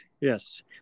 Yes